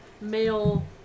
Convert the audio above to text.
male